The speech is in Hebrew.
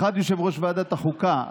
האחד יושב-ראש ועדת החוקה,